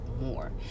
more